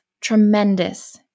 tremendous